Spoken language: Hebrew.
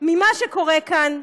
ממה שקורה כאן,